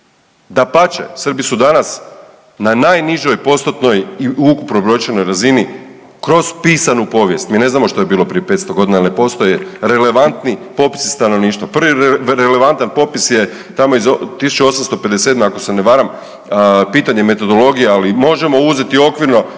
dapače Srbi su danas na najnižoj postotnoj i ukupno brojčanoj razini kroz pisanu povijest. Mi ne znamo što je bilo prije 500 godina jer ne postoje relevantni popisi stanovništva. Prvi relevantan popis je tamo iz 1857. ako se ne varam pitanje metodologije, ali možemo uzeti okvirno